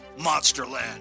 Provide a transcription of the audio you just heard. Monsterland